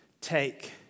take